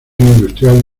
industrial